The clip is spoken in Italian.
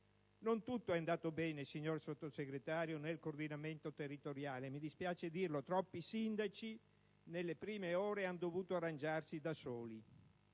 non tutto è andato bene nel coordinamento territoriale, e mi dispiace dirlo. Troppi sindaci nelle prime ore hanno dovuto arrangiarsi da soli.